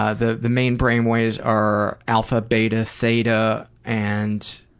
ah the the main brain waves are alpha, beta, theta and,